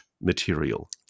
material